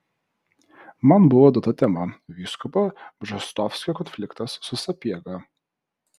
man buvo duota tema vyskupo bžostovskio konfliktas su sapiega